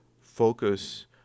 focus